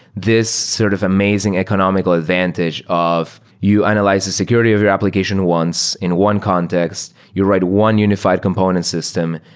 this sort of amazing economical advantage of you analyze the security of your application once in one context. you write one unified component system.